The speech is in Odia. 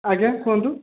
ଆଜ୍ଞା କୁହନ୍ତୁ